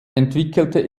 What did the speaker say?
entwickelte